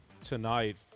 tonight